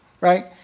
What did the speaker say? right